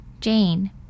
Jane